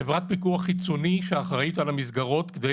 חברת פיקוח חיצוני שאחראית על המסגרות כדי